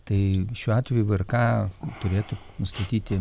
tai šiuo atveju vrk turėtų nustatyti